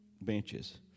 benches